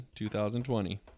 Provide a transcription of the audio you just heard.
2020